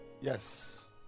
Yes